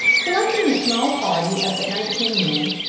selecting a small party of but nineteen men,